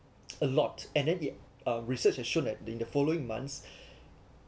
a lot and then a research has shown that in the following months